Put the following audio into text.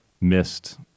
missed